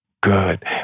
Good